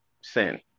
sin